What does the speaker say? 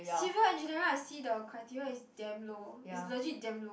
civil engineering I see the criteria is damn low is legit damn low